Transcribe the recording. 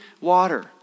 water